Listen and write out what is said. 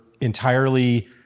entirely